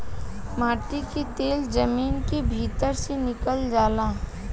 माटी के तेल जमीन के भीतर से निकलल जाला